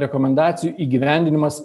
rekomendacijų įgyvendinimas